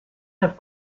have